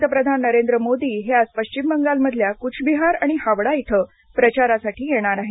पंतप्रधान नरेंद्र मोदी हे आज पश्चिम बंगालमधल्या कुचबिहार आणि हावडा इथं प्रचारासाठी येणार आहेत